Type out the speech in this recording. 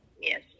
Yes